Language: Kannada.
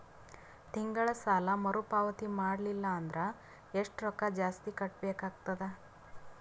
ತಿಂಗಳ ಸಾಲಾ ಮರು ಪಾವತಿ ಮಾಡಲಿಲ್ಲ ಅಂದರ ಎಷ್ಟ ರೊಕ್ಕ ಜಾಸ್ತಿ ಕಟ್ಟಬೇಕಾಗತದ?